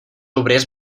obrers